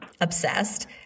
Obsessed